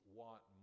want